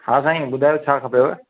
हा साईं ॿुधायो छा खपेव